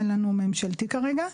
אין לנו מכונים ממשלתיים כרגע.